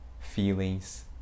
feelings